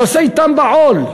נושא אתם בעול.